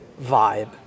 vibe